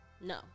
no